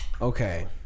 okay